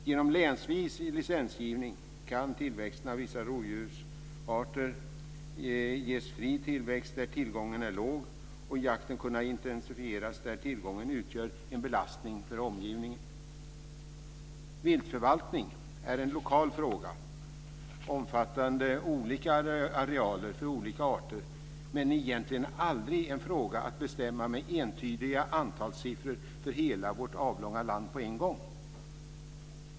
Genom länsvis licensgivning kan vissa rovdjursarter ges fri tillväxt där tillgången är låg samtidigt som jakten kan intensifieras där tillgången utgör en belastning för omgivningen. Viltförvaltning är en lokal fråga som omfattar olika arealer för olika arter. Det är egentligen aldrig frågan om att bestämma entydiga antalssiffror för hela vårt avlånga land på en gång.